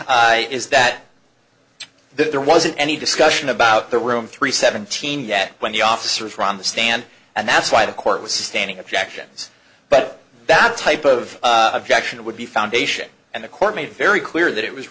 correctly is that there wasn't any discussion about the room three seventeen yet when the officers are on the stand and that's why the court was standing objections but that type of objection would be foundation and the court made very clear that it was